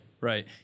Right